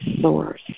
source